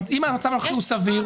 אם המצב הוא סביר,